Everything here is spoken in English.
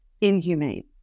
inhumane